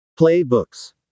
playbooks